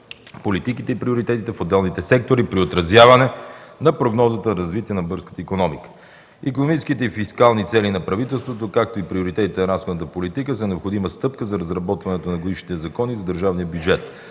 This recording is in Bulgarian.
политиките и приоритетите в отделните сектори при отразяване на прогнозата за развитие на българската икономика. Икономическите и фискални цели на правителството, както и приоритетите на разходната политика, са необходима стъпка за разработването на годишните закони за държавния бюджет.